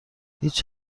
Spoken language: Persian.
هیچ